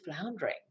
floundering